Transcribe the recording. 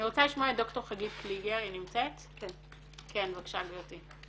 אני רוצה לשמוע את ד"ר חגית קליגר, בבקשה גברתי.